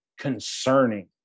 concerning